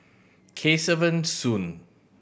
Kesavan Soon